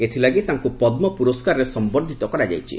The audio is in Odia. ଏଥିଲାଗି ତାଙ୍କୁ ପଦ୍ମ ପୁରସ୍କାରରେ ସମ୍ବର୍ଦ୍ଧିତ କରାଯାଇଛି